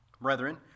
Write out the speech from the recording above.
Brethren